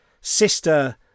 sister